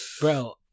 Bro